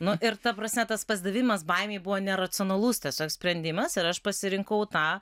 nu ir ta prasme tas pasidavimas baimei buvo neracionalus tiesiog sprendimas ir aš pasirinkau tą